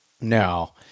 no